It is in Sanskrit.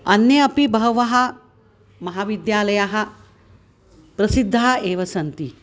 अन्ये अपि बहवः महाविद्यालयाः प्रसिद्धाः एव सन्ति